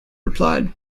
replied